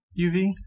UV